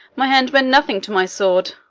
my hand meant nothing to my sword.